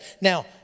Now